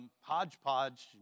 hodgepodge